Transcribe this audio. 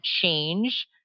change